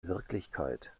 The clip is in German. wirklichkeit